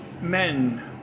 men